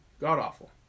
God-awful